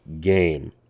game